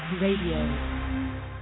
radio